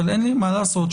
אין מה לעשות,